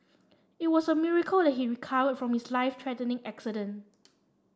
it was a miracle that he recovered from his life threatening accident